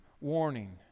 warning